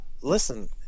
Listen